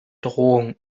drohung